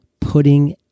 putting